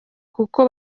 kuko